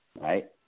right